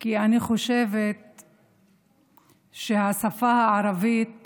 כי אני חושבת שהשפה הערבית